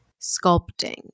sculpting